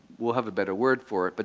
we'll have a better word for it. but